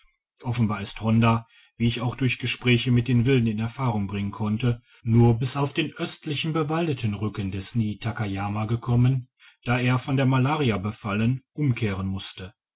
offenbar ist honda wie ich auch durch gespräche mit den wilden in erfahrung bringen konnte nur bis auf den östlichen bewaldeten rücken des niitakayama gekommen da er von der malaria befallen umkehren musste